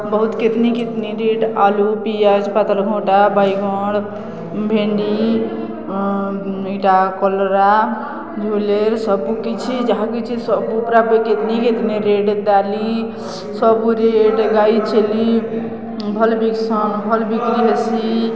ବହୁତ୍ କେତ୍ନି କେତ୍ନି ରେଟ୍ ଆଲୁ ପିଆଜ୍ ପାତଲ୍ଘଟା ବାଇଗଣ୍ ଭେଣ୍ଡି ଇଟା କଲରା ଝୁଲେର୍ ସବୁ କିଛି ଯାହା କିଛି ସବୁ ପୁରାପୁରି କେତ୍ନି କେତ୍ନି ରେଟ୍ ଡାଲି ସବୁ ରେଟ୍ ଗାଈ ଛେଲି ଭଲ୍ ବିକ୍ସନ୍ ଭଲ୍ ବିକ୍ରି ହେସି